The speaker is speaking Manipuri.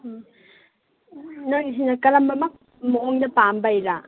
ꯎꯝ ꯅꯣꯏꯁꯤꯅ ꯀꯔꯝꯕ ꯃꯑꯣꯡꯗ ꯄꯥꯝꯕꯩꯔꯥ